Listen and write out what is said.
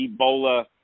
Ebola